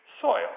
soil